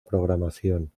programación